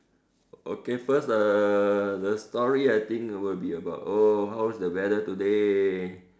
okay first err the story will be about oh how's the weather today